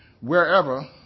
Wherever